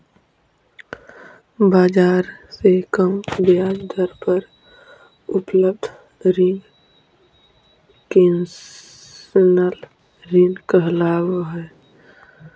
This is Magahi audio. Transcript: बाजार से कम ब्याज दर पर उपलब्ध रिंग कंसेशनल ऋण कहलावऽ हइ